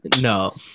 no